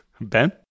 Ben